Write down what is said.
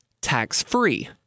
tax-free